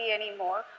anymore